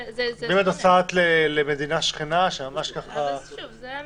אם את נוסעת למדינה שכנה --- שוב, זה המתח.